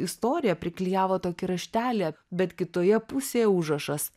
istoriją priklijavo tokį raštelį bet kitoje pusėje užrašas